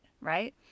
right